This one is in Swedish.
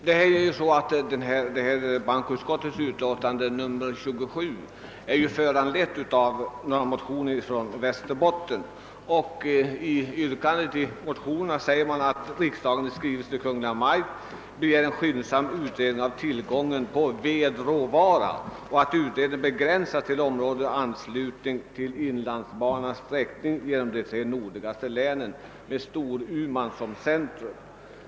Herr talman! Bankoutskottets utlåtande nr 27 är föranlett av ett motionspar väckt av några ledamöter från Västerbotten. I motionsyrkandet hemställes »att riksdagen i skrivelse till Kungl. Maj:t begär en skyndsam utredning av tillgången på vedråvara» och »att utredningen begränsas till områden i anslutning till Inlandsbanans sträckning genom de tre nordligaste länen med Storuman som centrum».